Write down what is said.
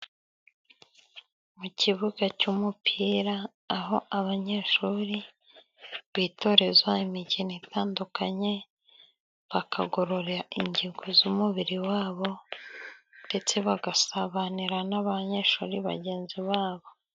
Mu kibuga cy'umupira aho abanyeshuri bitoreza imikino itandukanye, bakagorora ingingo z'umubiri wabo, ndetse bagasabanira n'abanyeshuri bagenzi babo.